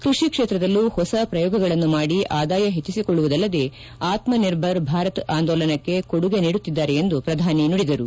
ಕ್ಪಡಿ ಕ್ಷೇತ್ರದಲ್ಲೂ ಹೊಸ ಪ್ರಯೋಗಗಳನ್ನು ಮಾಡಿ ಆದಾಯ ಹೆಚ್ಚಿಸಿಕೊಳ್ಳುವುದಲ್ಲದೇ ಆತ್ಮನಿರ್ಭರ್ ಭಾರತ್ ಆಂದೋಲನಕ್ಕೆ ಕೊಡುಗೆ ನೀಡುತ್ತಿದ್ದಾರೆ ಎಂದು ಪ್ರಧಾನಮಂತ್ರಿ ನುಡಿದರು